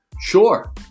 Sure